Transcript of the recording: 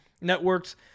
Networks